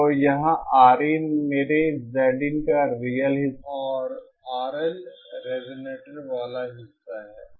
तो यहाँ Rin मेरे Zin का रियल हिस्सा है और RL रिजोनेटर वाला हिस्सा है